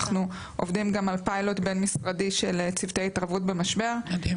אנחנו עובדים גם על פיילוט בין-משרדי של צוותי התערבות במשבר.